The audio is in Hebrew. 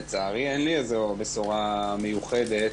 לצערי, אין לי איזו בשורה מיוחדת.